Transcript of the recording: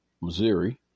Missouri